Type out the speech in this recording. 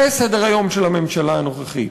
זה סדר-היום של הממשלה הנוכחית.